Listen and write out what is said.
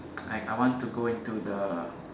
like I want to go into the